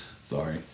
sorry